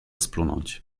splunąć